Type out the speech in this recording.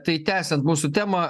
tai tęsiant mūsų temą